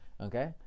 Okay